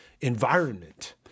environment